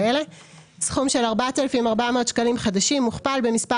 סכום של 4,400 שקלים חדשים מוכפל במספר